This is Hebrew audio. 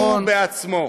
הוא בעצמו.